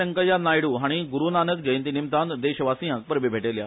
वेंकय्या नायडू हाणीय गुरू नानक जयंतीनिमतान देशवासियांक परबी भेटयल्या